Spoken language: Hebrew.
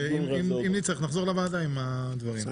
ואם נצטרך נחזור לוועדה עם הדברים.